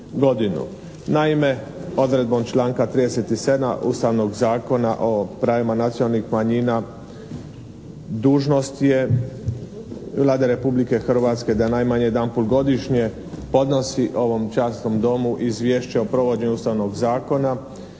Naime, odredbom članka 37. Ustavnog zakona o pravima nacionalnih manjina dužnost je Vlade Republike Hrvatske da najmanje jedan put godišnje podnosi ovom časnom Domu izvješće o provođenju ustavnog zakona